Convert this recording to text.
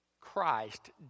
Christ